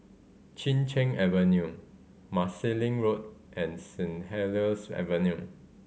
Chin Cheng Avenue Marsiling Road and Saint Helier's Avenue